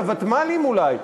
לוותמ"לים אולי,